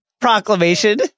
proclamation